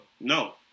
no